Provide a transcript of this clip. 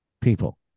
people